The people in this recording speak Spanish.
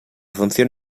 función